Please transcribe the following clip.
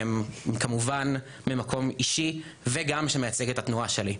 והם כמובן ממקום אישי וגם שמייצג את התנועה שלי.